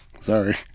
sorry